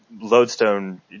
Lodestone